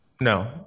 No